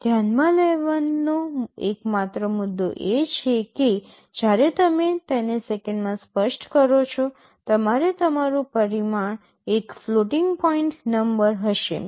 ધ્યાનમાં લેવાનો એકમાત્ર મુદ્દો એ છે કે જ્યારે તમે તેને સેકંડમાં સ્પષ્ટ કરો છો ત્યારે તમારું પરિમાણ એક ફ્લોટિંગ પોઇન્ટ નંબર હશે તમે 2